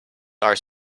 are